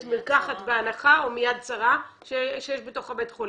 המרקחת בהנחה או מיד שרה בבית החולים.